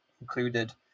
included